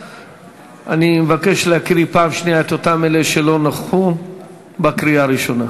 אני מבקש להקריא פעם שנייה את שמות אותם אלה שלא נכחו בקריאה הראשונה.